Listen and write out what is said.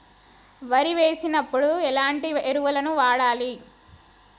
వరి వేసినప్పుడు ఎలాంటి ఎరువులను వాడాలి?